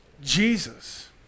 Jesus